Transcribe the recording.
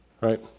Right